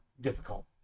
difficult